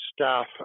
staff